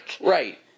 Right